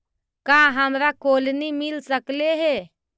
का हमरा कोलनी मिल सकले हे?